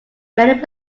many